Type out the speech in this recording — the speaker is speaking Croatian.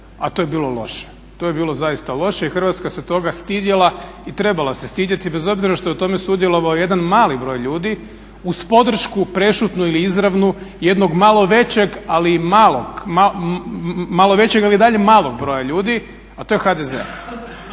a to je bilo loše. To je bilo zaista loše i Hrvatska se toga stidjela i trebala se stidjeti, bez obzira što je u tome sudjelovao jedan mali broj ljudi uz podršku prešutnu ili izravnu jednog malo većeg, ali i malog, malo većeg ali i dalje malog broja ljudi a to je HDZ.